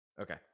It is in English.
Okay